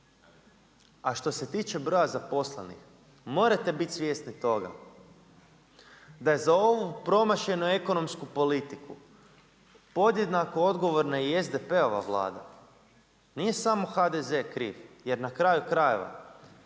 A što se tiče broja zaposlenih, morate biti svjesni toga, da je za ovu promašenu ekonomsku politiku podjednako odgovorna i SDP-ova Vlada, nije samo HDZ kriv jer na kraju krajeva,